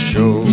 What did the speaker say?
Show